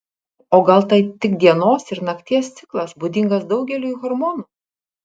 o gal tai tik dienos ir nakties ciklas būdingas daugeliui hormonų